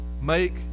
make